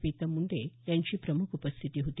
प्रीतम मुंडे यांची प्रमुख उपस्थिती होती